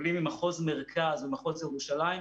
מקבלים ממחוז מרכז וממחוז ירושלים,